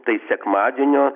tai sekmadienio